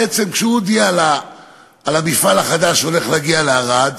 בעצם כשהוא הודיע על המפעל החדש שהולך להגיע לערד,